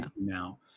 Now